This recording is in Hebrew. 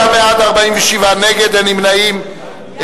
29 בעד, 47 נגד, אין נמנעים.